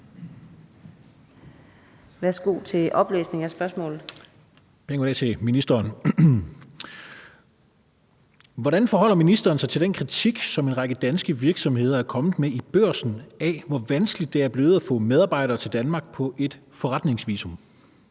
Hvordan forholder ministeren sig til den kritik, som en række danske virksomheder er kommet med i Børsen af, hvor vanskeligt det er blevet at få medarbejdere til Danmark på et forretningsvisum?